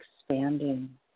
expanding